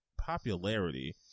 popularity